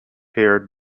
heard